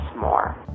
more